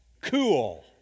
cool